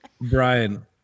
brian